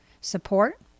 Support